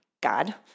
God